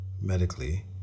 medically